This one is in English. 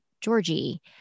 Georgie